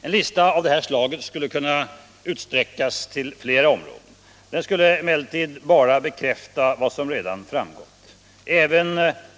En lista av det här slaget skulle kunna utsträckas till flera områden. Detta skulle emellertid bara bekräfta vad som redan framgått.